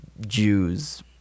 jews